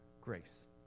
grace